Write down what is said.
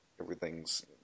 everything's